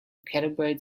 calibrate